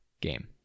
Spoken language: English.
game